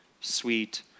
sweet